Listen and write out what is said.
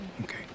Okay